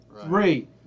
three